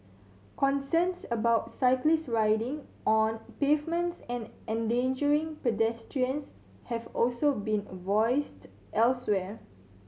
concerns about cyclists riding on pavements and endangering pedestrians have also been voiced elsewhere